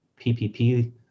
ppp